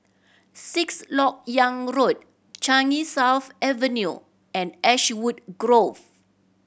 Sixth Lok Yang Road Changi South Avenue and Ashwood Grove